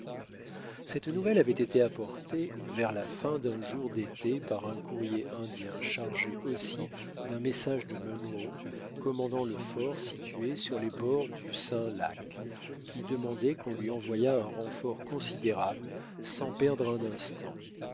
cette nouvelle avait été apportée vers la fin d'un jour d'été par un courrier indien chargé aussi d'un message de munro commandant le fort situé sur les bords du saint lac qui demandait qu'on lui envoyât un renfort considérable sans perdre un instant